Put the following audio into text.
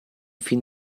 fin